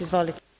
Izvolite.